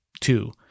two